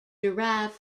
derived